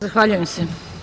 Zahvaljujem se.